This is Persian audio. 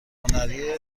هنری